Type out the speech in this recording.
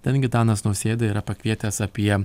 ten gitanas nausėda yra pakvietęs apie